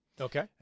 okay